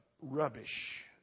rubbish